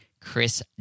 Chris